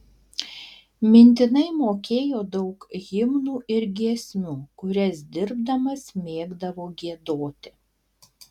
mintinai mokėjo daug himnų ir giesmių kurias dirbdamas mėgdavo giedoti